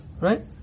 right